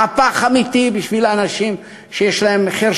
מהפך אמיתי בשביל אנשים עם חירשות,